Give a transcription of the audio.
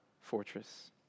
fortress